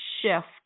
shift